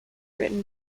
written